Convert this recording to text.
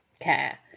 care